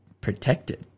Protected